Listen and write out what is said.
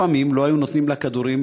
לפעמים לא היו נותנים לה כדורים,